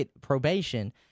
probation